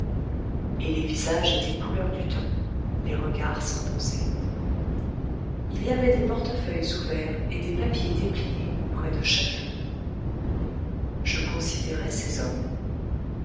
et les visages étaient couleur du temps les regards sans pensée il y avait des portefeuilles ouverts et des papiers dépliés auprès de chacun d'eux je considérai ces hommes